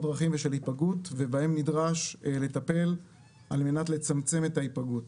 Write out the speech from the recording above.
דרכים ושל היפגעות ובהם נדרש לטפל על מנת לצמצם את ההיפגעות.